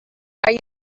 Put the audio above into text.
are